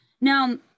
Now